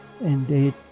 Indeed